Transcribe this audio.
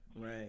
right